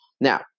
Now